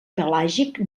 pelàgic